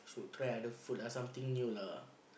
try other food lah something new lah